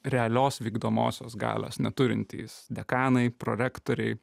realios vykdomosios galios neturintys dekanai prorektoriai